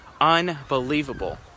unbelievable